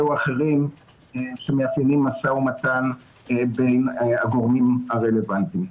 או אחרים שמאפיינים משא ומתן בין הגורמים הרלוונטיים.